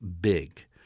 big